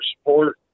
support